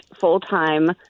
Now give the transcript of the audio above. full-time